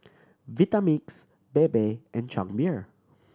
Vitamix Bebe and Chang Beer